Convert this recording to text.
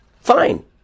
fine